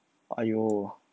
!aiyo!